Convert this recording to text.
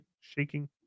shaking